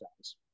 guys